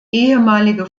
ehemalige